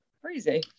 crazy